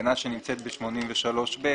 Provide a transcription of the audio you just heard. שנמצאת בסעיף 83(ב).